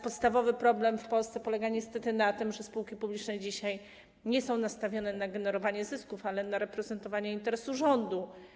Podstawowy problem w Polsce polega niestety na tym, że spółki publiczne nie są dzisiaj nastawione na generowanie zysków, ale na reprezentowanie interesu rządu.